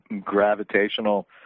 gravitational